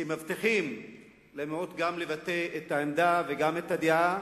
שמבטיחים למיעוט גם לבטא את העמדה ואת הדעה